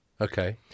Okay